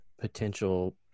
potential